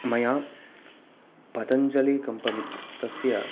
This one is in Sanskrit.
मया पतञ्जलि कम्पनी तस्य